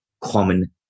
common